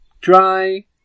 dry